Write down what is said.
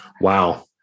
Wow